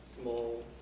small